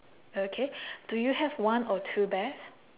okay do you have one or two bears